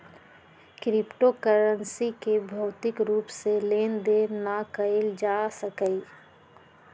crypto currency के भौतिक रूप से लेन देन न कएल जा सकइय